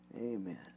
Amen